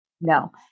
No